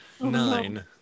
Nine